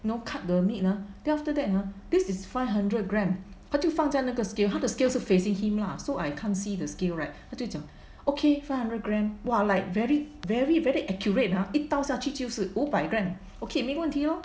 you know cut the meat lah then after that !huh! this is five hundred gram 他就放在那个 scale 他的 scale 是 facing him lah so I can't see the scale right 他就讲 okay five hundred gram !wah! like very very very accurate lah 一刀下去就是五百 gram 没问题 lor